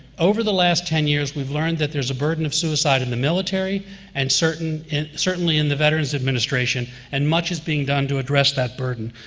over the last ten years we've learned that there's a burden of suicide in the military and certainly in certainly in the veterans administration, and much is being done to address that burden.